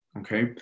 Okay